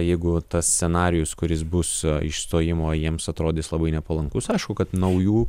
jeigu tas scenarijus kuris bus išstojimo jiems atrodys labai nepalankus aišku kad naujų